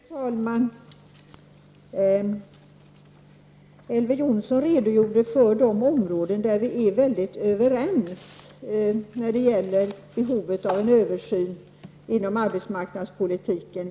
Fru talman! Elver Jonsson redogjorde för de områden där vi är överens om behovet av en översyn inom arbetsmarknadspolitiken.